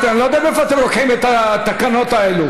אני לא יודע מאיפה אתם לוקחים את התקנות האלה.